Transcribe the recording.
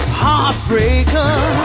heartbreaker